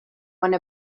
one